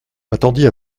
attendit